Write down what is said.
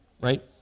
Right